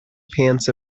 pants